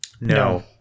No